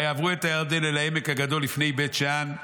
ויעברו את הירדן אל העמק הגדול לפני בית שאן,